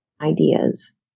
ideas